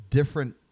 different